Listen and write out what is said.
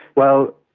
well,